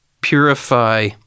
purify